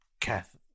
Kath